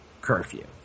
Curfew